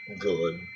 good